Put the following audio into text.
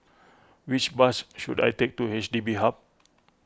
which bus should I take to H D B Hub